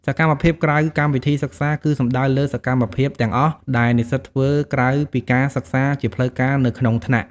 សកម្មភាពក្រៅកម្មវិធីសិក្សា គឺសំដៅលើសកម្មភាពទាំងអស់ដែលនិស្សិតធ្វើក្រៅពីការសិក្សាជាផ្លូវការនៅក្នុងថ្នាក់។